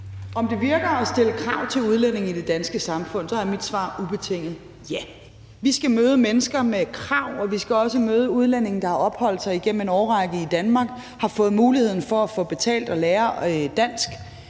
om det virker at stille krav til udlændinge i det danske samfund, er mit svar et ubetinget ja. Vi skal møde mennesker med krav, og det skal vi også med udlændinge, der har opholdt sig igennem en årrække i Danmark og har fået mulighed for at lære dansk